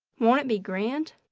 won't it be grand?